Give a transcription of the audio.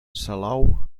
salou